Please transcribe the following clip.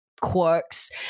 quirks